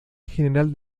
general